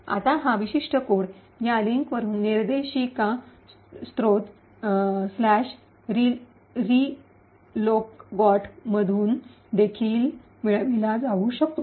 आता हा विशिष्ट कोड या लिंकवरुन निर्देशिका स्त्रोत रीलकॉगट relocgot मधून देखील मिळविला जाऊ शकतो